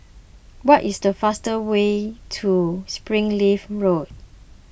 what is the fastest way to Springleaf Road